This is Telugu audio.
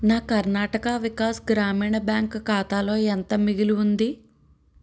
నా కర్ణాటక వికాస్ గ్రామీణ బ్యాంక్ ఖాతాలో ఎంత మిగిలి ఉంది